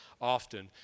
often